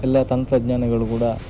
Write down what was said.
ಎಲ್ಲ ತಂತ್ರಜ್ಞಾನಗಳು ಕೂಡ